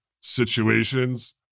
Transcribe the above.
situations